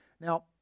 Now